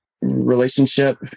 relationship